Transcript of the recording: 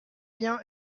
bien